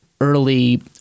early